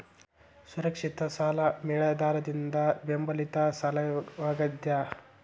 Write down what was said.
ಸುರಕ್ಷಿತ ಸಾಲ ಮೇಲಾಧಾರದಿಂದ ಬೆಂಬಲಿತ ಸಾಲವಾಗ್ಯಾದ